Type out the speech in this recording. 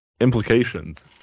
implications